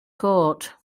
court